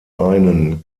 einen